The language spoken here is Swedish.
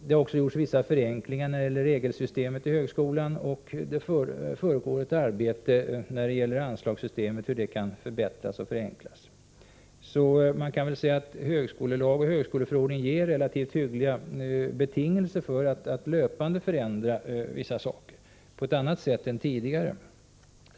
Det har också gjorts vissa förenklingar när det gäller regelsystemet i högskolan, och man arbetar med att söka förbättra och förenkla anslagssystemet. Man kan väl säga att högskolelag och högskoleförordning ger relativt hyggliga betingelser för att på ett annat sätt än tidigare fortlöpande förändra vissa saker.